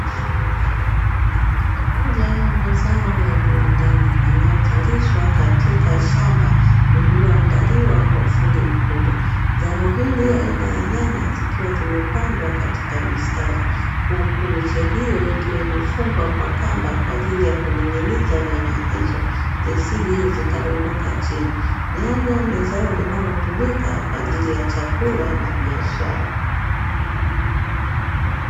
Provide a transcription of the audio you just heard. Ni moja ya mazao ya viwandani, yanayozalishwa katika shamba lililoandaliwa kwa ufundi mkubwa. Zao hili aina ya nyanya zikiwa zimepandwa katika mistari, huku miche hiyo ikiwa imefungwa kwa kamba kwa ajili ya kuning'iniza nyanya hizo zisije zikadondoka chini. Nyanya ni zao linalotumika kwa ajili ya chakula na biashara.